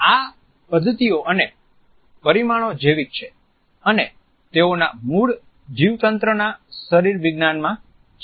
આ પદ્ધતિઓ અને પરિમાણો જૈવિક છે અને તેઓના મૂળ જીવતંત્રના શરીર વિજ્ઞાનમાં છે